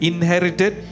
Inherited